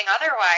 otherwise